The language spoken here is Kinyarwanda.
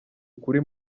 ukuri